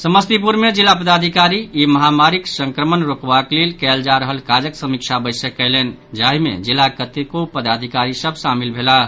समस्तीपुर मे जिला पदाधिकारी ई महामारीक संक्रमण रोकबाक लेल कयल जा रहल काजक समीक्षा बैसक कयलनि जाहि मे जिलाक कतेको पदाधिकारी सभ शामिल भेलाह